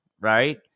right